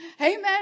Amen